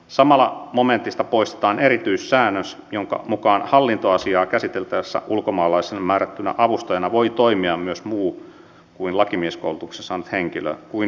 samalla momentista poistetaan erityissäännös jonka mukaan hallintoasiaa käsiteltäessä ulkomaalaiselle määrättynä avustajana voi toimia myös muu lakimieskoulutuksen saanut henkilö kuin julkinen avustaja